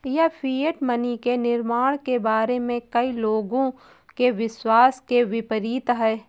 यह fiat money के निर्माण के बारे में कई लोगों के विश्वास के विपरीत है